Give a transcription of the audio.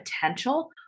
potential